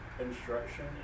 instruction